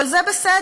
אבל זה בסדר,